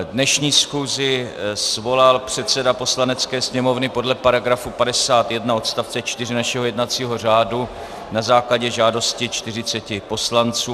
Dnešní schůzi svolal předseda Poslanecké sněmovny podle § 51 odst. 4 našeho jednacího řádu na základě žádosti 40 poslanců.